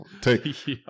Take